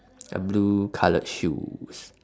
a blue coloured shoes